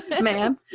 ma'am